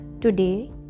Today